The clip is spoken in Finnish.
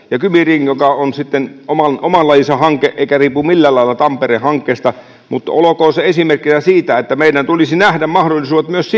ja kymi ring joka on sitten oman lajinsa hanke eikä riipu millään lailla tampere hankkeesta olkoon esimerkkinä siitä että meidän tulisi nähdä mahdollisuudet myös